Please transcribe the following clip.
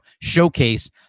showcase